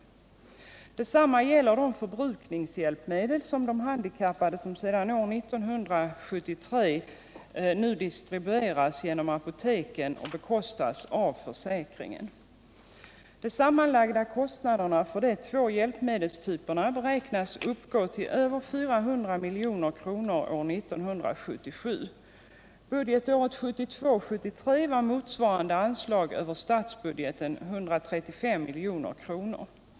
Detsamma gäller de särskilda förbrukningshjälpmedel för handikappade som sedan år 1973 distribueras genom apoteken och bekostas av försäkringen. De sammanlagda kostnaderna för de två hjälpmedelstyperna beräknas uppgå till över 400 milj.kr. år 1977. Budgetåret 1972/73 var motsvarande anslag över statsbudgeten 135 milj.kr.